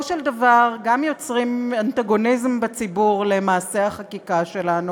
של דבר גם יוצרים אנטגוניזם בציבור למעשה החקיקה שלנו.